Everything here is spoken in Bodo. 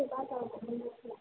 हरै बाजाराव